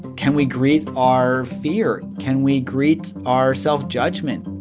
can we greet our fear? can we greet our self-judgment?